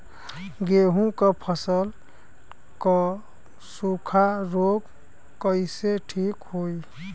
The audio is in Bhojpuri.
गेहूँक फसल क सूखा ऱोग कईसे ठीक होई?